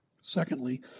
Secondly